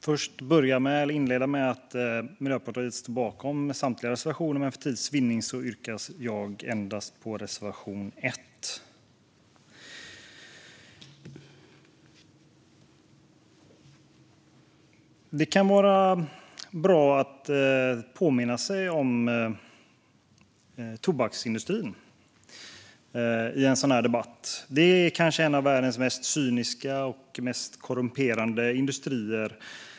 Fru talman! Jag vill inleda med att säga att Miljöpartiet står bakom samtliga reservationer, men för tids vinning yrkar jag bifall endast till reservation 1. Det kan vara bra att i en sådan här debatt påminna sig om att tobaksindustrin är en av världens kanske mest cyniska och mest korrumperade industrier.